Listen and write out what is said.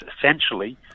essentially